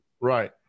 right